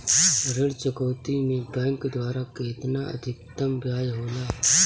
ऋण चुकौती में बैंक द्वारा केतना अधीक्तम ब्याज होला?